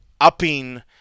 upping